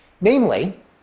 namely